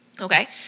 Okay